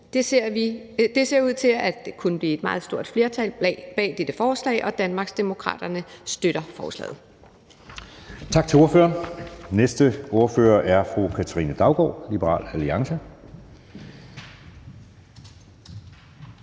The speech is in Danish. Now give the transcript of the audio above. Der ser ud til at kunne blive et meget stort flertal bag dette forslag, og Danmarksdemokraterne støtter forslaget. Kl. 11:51 Anden næstformand (Jeppe Søe): Tak til ordføreren. Næste ordfører er fru Katrine Daugaard, Liberal Alliance.